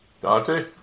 Dante